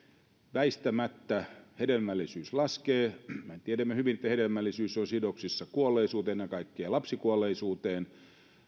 väistämättä hedelmällisyys laskee mehän tiedämme hyvin että hedelmällisyys on sidoksissa kuolleisuuteen ennen kaikkea lapsikuolleisuuteen